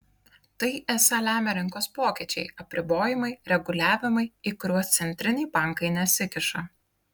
tai esą lemia rinkos pokyčiai apribojimai reguliavimai į kuriuos centriniai bankai nesikiša